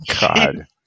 God